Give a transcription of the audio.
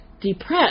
depressed